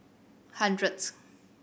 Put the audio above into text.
hundredth